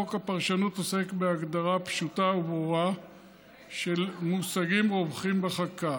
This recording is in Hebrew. חוק הפרשנות עוסק בהגדרה פשוטה וברורה של מושגים רווחים בחקיקה.